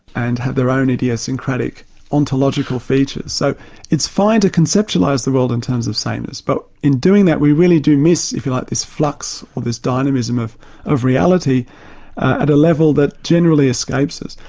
and have their own idiosyncratic ontological features. so it's fine to conceptualise the world in terms of sameness, but in doing that, we really do miss, if you like, this flux, or this dynamism of of reality at a level that generally escapes us.